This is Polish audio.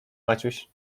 maciuś